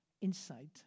insight